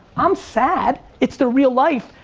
i'm sad, it's their real life,